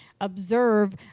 observe